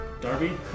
Darby